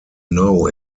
know